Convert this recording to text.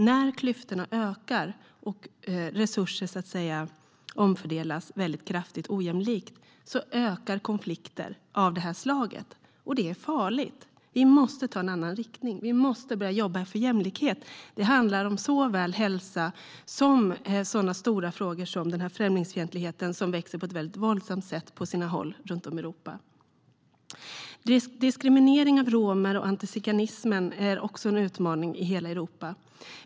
När klyftorna ökar och resurser omfördelas kraftigt ojämlikt ökar konflikter av det här slaget. Det är farligt. Vi måste ta en annan riktning. Vi måste börja jobba för jämlikhet. Det handlar om såväl hälsa som den stora frågan om främlingsfientligheten, som växer på ett våldsamt sätt på sina håll i Europa.Diskrimineringen av romer och antiziganismen är också en utmaning i hela Europa.